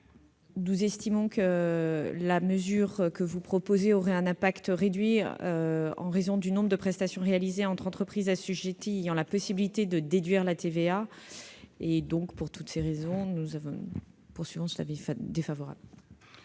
Nous estimons que la mesure que vous proposez aurait un impact réduit, en raison du nombre de prestations réalisées entre entreprises assujetties, ayant la possibilité de déduire la TVA. Le Gouvernement émet donc un avis défavorable.